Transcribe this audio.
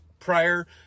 prior